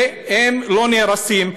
והם לא נהרסים.